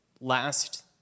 last